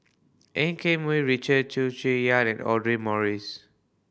En Keng Mun Richard Chew and Audra Morrice